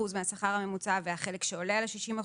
מהשכר הממוצע והחלק שעולה על ה-60%,